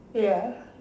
ya